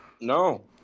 No